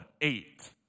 eight